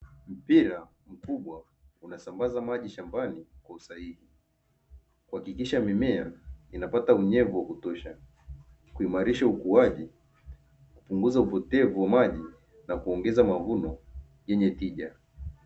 Mpira mkubwa unasambaza maji shambani kwa usahihi, kuhakikisha mimea inapata unyevu wa kutosha kuimarisha ukuaji, kupunguza upotevu wa maji na kuongeza mavuno yenye tija.